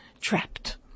trapped